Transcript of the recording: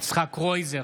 יצחק קרויזר,